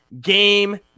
game